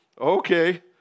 Okay